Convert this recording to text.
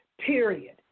Period